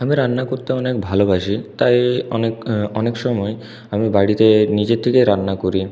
আমি রান্না করতে অনেক ভালোবাসি তাই অনেক অনেক সময় আমি বাড়িতে নিজের থেকেই রান্না করি